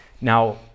now